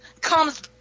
comes